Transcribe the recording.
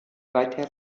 seither